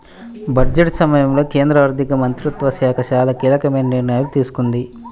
budget సమయంలో కేంద్ర ఆర్థిక మంత్రిత్వ శాఖ చాలా కీలకమైన నిర్ణయాలు తీసుకుంది